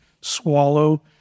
swallow